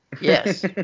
Yes